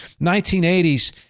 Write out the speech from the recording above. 1980s